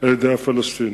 -ידי הפלסטינים.